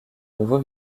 nouveau